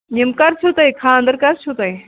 یِم کَر چھُو تۄہہِ خانٛدَر کَر چھُو تۄہہِ